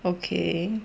okay